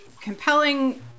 compelling